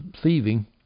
thieving